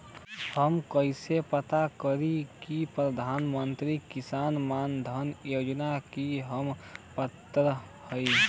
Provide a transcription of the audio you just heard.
हम कइसे पता करी कि प्रधान मंत्री किसान मानधन योजना के हम पात्र हई?